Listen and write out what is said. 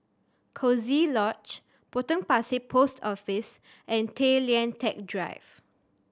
Coziee Lodge Potong Pasir Post Office and Tay Lian Teck Drive